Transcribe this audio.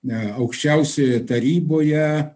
ne aukščiausioje taryboje